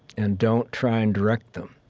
and don't try and direct them,